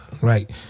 right